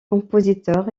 compositeur